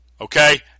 Okay